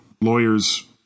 lawyers